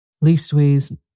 Leastways